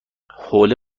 حوله